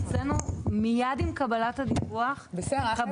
אצלנו מייד עם קבלת הדיווח ---<< יור >> פנינה תמנו (יו"ר הוועדה